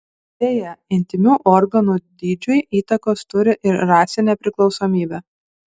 beje intymių organų dydžiui įtakos turi ir rasinė priklausomybė